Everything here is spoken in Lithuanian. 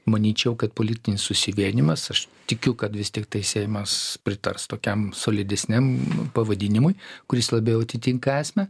manyčiau kad politinis susivienijimas aš tikiu kad vis tiktai seimas pritars tokiam solidesniam pavadinimui kuris labiau atitinka esmę